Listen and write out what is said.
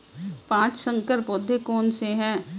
पाँच संकर पौधे कौन से हैं?